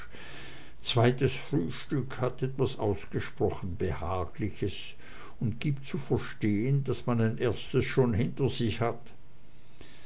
zweites frühstück hat etwas ausgesprochen behagliches und gibt zu verstehen daß man ein erstes schon hinter sich hat